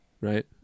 right